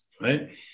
right